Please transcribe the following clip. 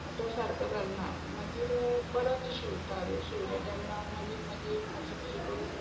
तो सारको घालना मागीर परत शिंवता शिवलें तेन्ना मागीर मागीर मातशें मातशें करून